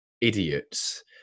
idiots